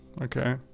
okay